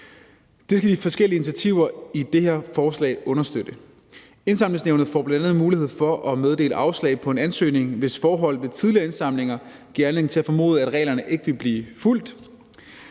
Det skal de forskellige initiativer i det her forslag understøtte. Indsamlingsnævnet får bl.a. mulighed for at meddele afslag på en ansøgning, hvis forhold ved tidligere indsamlinger giver anledning til at formode, at reglerne ikke vil blive fulgt;